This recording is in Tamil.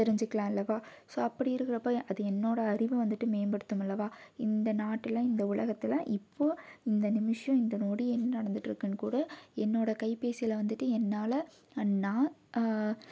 தெரிஞ்சுக்கலாம் அல்லவா ஸோ அப்படி இருக்கறப்போ அது என்னோடய அறிவை வந்துட்டு மேம்படுத்தும் அல்லவா இந்த நாட்டில் இந்த உலகத்தில் இப்போது இந்த நிமிஷம் இந்த நொடி என்ன நடந்துட்டிருக்குன் கூட என்னோடய கைபேசியில் வந்துட்டு என்னால் நான்